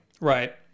Right